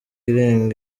irenga